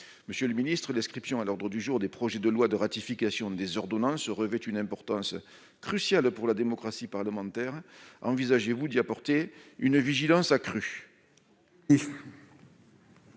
monsieur le Ministre d'inscription à l'ordre du jour des projets de loi de ratification des ordonnances revêtent une importance cruciale pour la démocratie parlementaire, envisagez-vous d'y apporter une vigilance accrue.